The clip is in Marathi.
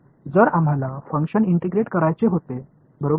तर आम्हाला फंक्शन इंटिग्रेट करायचे होते बरोबर आहे